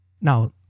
Now